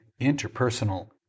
interpersonal